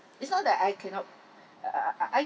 it's not that I cannot uh uh uh uh I